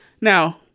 Now